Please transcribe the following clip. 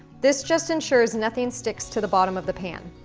this just ensures nothing sticks to the bottom of the pan.